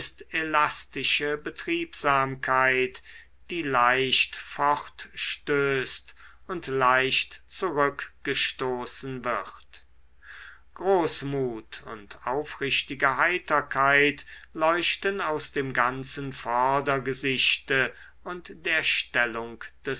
elastische betriebsamkeit die leicht fortstößt und leicht zurückgestoßen wird großmut und aufrichtige heiterkeit leuchten aus dem ganzen vordergesichte und der stellung